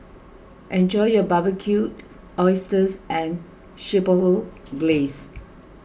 enjoy your Barbecued Oysters and Chipotle Glaze